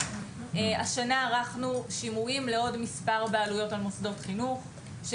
השנה ערכנו שימועים לעוד מספר בעלויות על מוסדות חינוך.